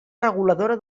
reguladora